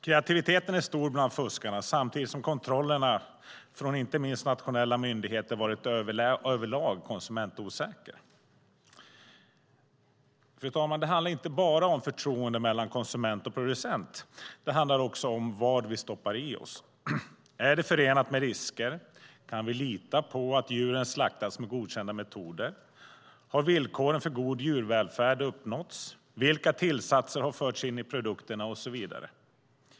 Kreativiteten är stor bland fuskarna, samtidigt som kontrollerna från inte minst nationella myndigheter över lag varit konsumentosäkra. Det handlar inte bara om förtroende mellan konsument och producent. Det handlar också om vad vi stoppar i oss. Är det förenat med risker? Kan vi lita på att djuren slaktats med godkända metoder? Har villkoren för god djurvälfärd uppnåtts? Vilka tillsatser har förts in i produkterna? Och så vidare.